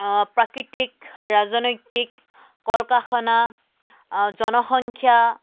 প্ৰাকৃতিক ৰাজনৈতিক কলকাসনা জনসংখ্যা